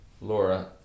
Laura